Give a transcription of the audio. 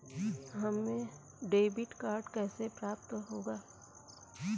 हमें debit card कैसे प्राप्त होगा?